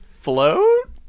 float